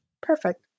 Perfect